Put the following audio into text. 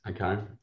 okay